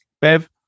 Bev